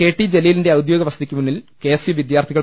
K T ജലീലിന്റെ ഔദ്യോഗിക വസതിക്കു മുന്നിൽ കെ എസ് യു വിദ്യാർത്ഥികൾ